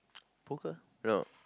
poker no